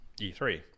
E3